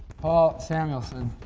paul samuelson